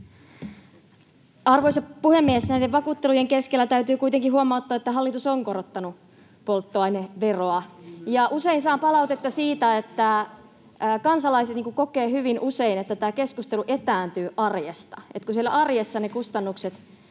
Arvoisa puhemies! Näiden vakuuttelujen keskellä täytyy kuitenkin huomauttaa, että hallitus on korottanut polttoaineveroa. Usein saan palautetta siitä, että kansalaiset kokevat hyvin usein, että tämä keskustelu etääntyy arjesta: siellä arjessa ne kustannukset